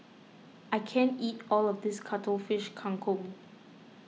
I can't eat all of this Cuttlefish Kang Kong